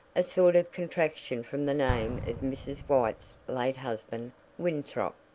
a sort of contraction from the name of mrs. white's late husband winthrop.